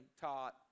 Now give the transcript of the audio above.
taught